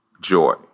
joy